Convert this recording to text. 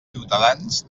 ciutadans